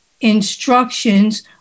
instructions